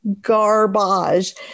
garbage